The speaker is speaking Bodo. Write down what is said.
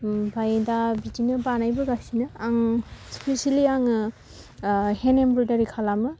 ओमफाय दा बिदिनो बानायबोगासिनो आं स्पिसेलि आङो हेन्द एमब्रदारि खालामो